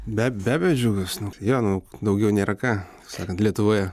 beb be abejo aš džiaugiuos nu tai jo nu daugiau nėra ką sakant lietuvoje